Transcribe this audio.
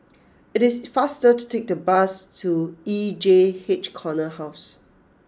it is faster to take the bus to E J H Corner House